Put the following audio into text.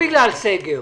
לא בגלל סגר,